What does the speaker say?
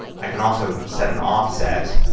i can also set an offset.